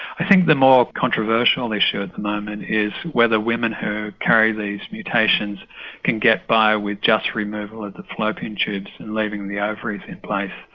i think the more controversial issue at the moment is whether women who carry these mutations can get by with just removal of the fallopian tubes and leaving the ovaries in place.